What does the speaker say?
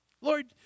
Lord